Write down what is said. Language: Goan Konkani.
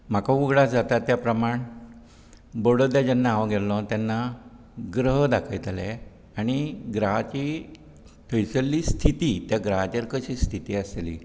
म्हाका उगडास येता त्या प्रमाण बडोदा जेन्ना हांव गेल्लो तेन्ना ग्रह दाखयताले आनी ग्रहाची थंयसरली स्थिती त्या ग्रहाचेर कशी स्थिती आसतली